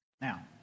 Now